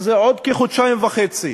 שזה עוד כחודשיים וחצי,